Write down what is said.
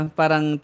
parang